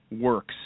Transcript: works